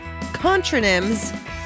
contronyms